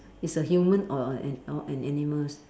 is a human or or an or an animals